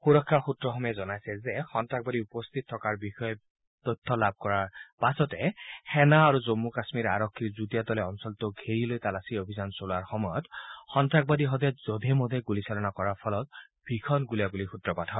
সুৰক্ষা সূত্ৰসমূহে জনাইছে যে সন্ত্ৰাসবাদী উপস্থিত থকাৰ বিষয়ে বিশেষ তথ্য লাভ কৰাৰ পাছতে সেনা আৰু জম্মু কাশ্মীৰ আৰক্ষীৰ যুটীয়া দলে অঞ্চলটো ঘেৰি লৈ তালাচী অভিযান চলোৱাৰ সময়ত সন্ত্ৰাসবাদীহঁতে জধে মধে গুলীচালনা কৰাৰ ফলত ভীষণ গুলীগুলীয়াৰ সূত্ৰপাত হয়